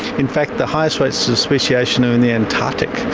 in fact the highest rates of speciation are in the antarctic,